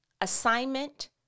assignment